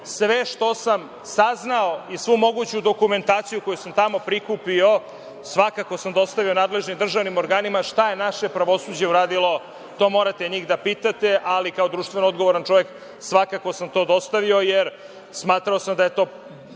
što sam saznao i svu moguću dokumentaciju koju sam tamo prikupio, svakako sam dostavio nadležnim državnim organima. Šta je naše pravosuđe uradilo to morate njih da pitate, ali kao društveno odgovoran čovek svakako sam to dostavio, jer smatrao sam da je to